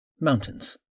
mountains